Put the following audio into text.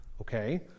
Okay